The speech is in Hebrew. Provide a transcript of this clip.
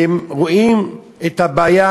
כי הם רואים את הבעיה.